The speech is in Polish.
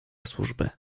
służby